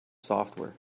software